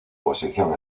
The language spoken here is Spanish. posición